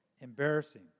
Embarrassing